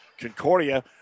Concordia